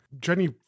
Jenny